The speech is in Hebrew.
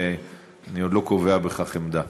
ואני עוד לא קובע בכך עמדה.